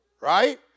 Right